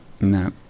no